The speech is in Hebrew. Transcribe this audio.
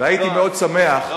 והייתי מאוד שמח אם